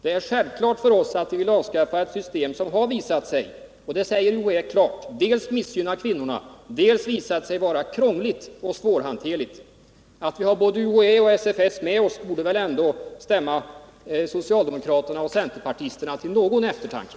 Det är för oss självklart att avskaffa ett system som visat sig, vilket UHÄ klart uttalar, dels missgynna kvinnorna, dels vara krångligt och svårhanterligt. Förhållandet att vi har både UHÄ och SFS med oss borde väl ändå stämma socialdemokraterna och centerpartisterna till någon eftertanke.